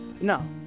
No